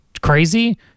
crazy